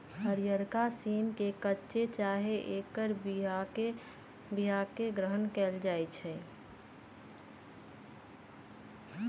हरियरका सिम के कच्चे चाहे ऐकर बियाके ग्रहण कएल जाइ छइ